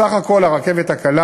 בסך הכול הרכבת הקלה